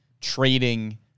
trading